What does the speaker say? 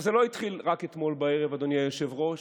זה לא התחיל רק אתמול בערב, אדוני היושב-ראש,